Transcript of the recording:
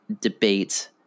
debate